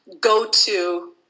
go-to